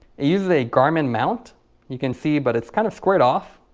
it uses a garmin mount you can see but it's kind of squared off,